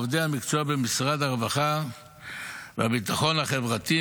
עובדי המקצוע במשרד הרווחה והביטחון החברתי,